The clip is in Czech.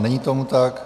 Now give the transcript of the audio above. Není tomu tak.